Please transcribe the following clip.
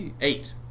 Eight